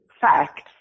facts